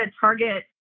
Target